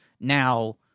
now